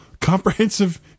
comprehensive